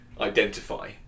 identify